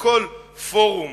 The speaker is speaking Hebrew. בכל פורום